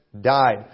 died